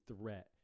threat